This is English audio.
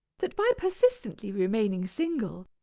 that by persistently remaining single,